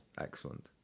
Excellent